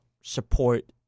support